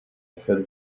متصل